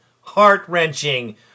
heart-wrenching